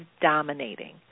dominating